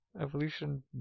evolution